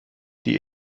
die